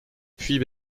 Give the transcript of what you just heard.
puits